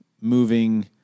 moving